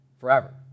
forever